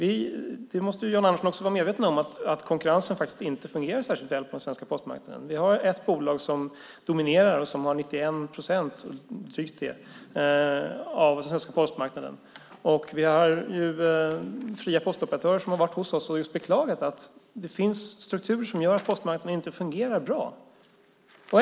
Jan Andersson måste också vara medveten om att konkurrensen faktiskt inte fungerar särskilt väl på den svenska postmarknaden. Vi har ett bolag som dominerar och som har drygt 91 procent av den svenska postmarknaden. Vi har fria postoperatörer som har varit hos oss och just beklagat att det finns strukturer som gör att postmarknaden inte fungerar bra.